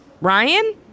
Ryan